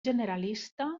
generalista